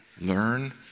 learn